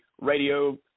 radio